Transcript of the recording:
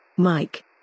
Mike